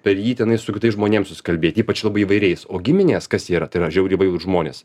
per jį tenais su kitais žmonėm susikalbėt ypač labai įvairiais o giminės kas yra tai yra žiauriai įvairūs žmonės